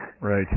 right